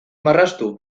marraztu